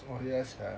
ya sia